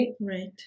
Right